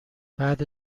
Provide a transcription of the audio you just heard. بعد